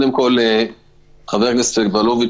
חבר הכנסת סגלוביץ',